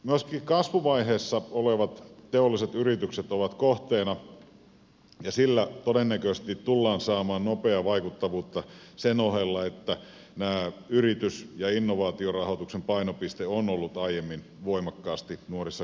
myöskin kasvuvaiheessa olevat teolliset yritykset ovat kohteena ja sillä todennäköisesti tullaan saamaan nopeaa vaikuttavuutta sen ohella että tämä yritys ja innovaatiorahoituksen painopiste on ollut aiemmin voimakkaasti nuorissa kasvuyrityksissä